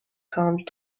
calmed